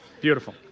beautiful